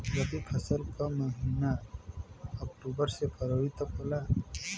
रवी फसल क महिना अक्टूबर से फरवरी तक होला